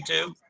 YouTube